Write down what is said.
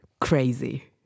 crazy